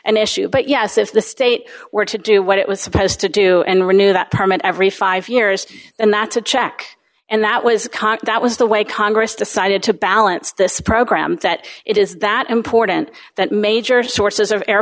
an issue but yes if the state were to do what it was supposed to do and renew that permit every five years and that's a check and that was that was the way congress decided to balance this program that it is that important that major sources of air